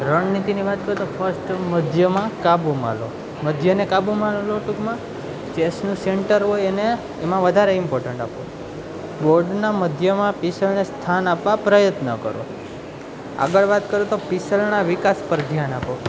રણનીતિની વાત કરું તો ફર્સ્ટ મધ્યમાં કાબૂમાં લો મધ્યને કાબૂમાં લો ટુંકમાં ચેસનું સેન્ટર હોય એને એમાં વધારે ઇમ્પોર્ટન્ટ આપો બોર્ડના મધ્યમાં પીસલને સ્થાન આપવા પ્રયત્ન કરો આગળ વાત કરું તો પીસલના વિકાસ પર ધ્યાન આપો